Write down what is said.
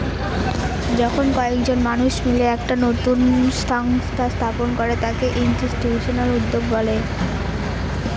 যখন কয়েকজন মানুষ মিলে একটা নতুন সংস্থা স্থাপন করে তাকে ইনস্টিটিউশনাল উদ্যোক্তা বলে